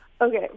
okay